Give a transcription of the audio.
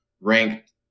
ranked